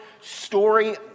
story